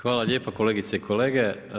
Hvala lijepa kolegice i kolege.